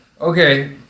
Okay